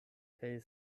kaj